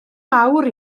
mawr